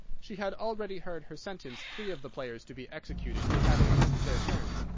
she had already heard her sentence three of the players to be executed for having missed their turns,